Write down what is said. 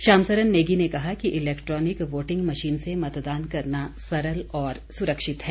श्याम सरन नेगी ने कहा कि इलेक्ट्रॉनिक वोटिंग मशीन से मतदान करना सरल और सुरक्षित है